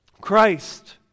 Christ